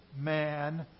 man